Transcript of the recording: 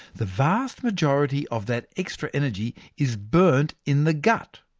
the vast majority of that extra energy is burnt in the gut.